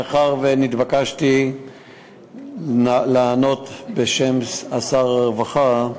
מאחר שנתבקשתי לענות בשם שר הרווחה,